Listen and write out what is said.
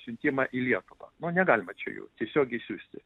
siuntimą į lietuvą nu negalima čia jų tiesiogiai siųsti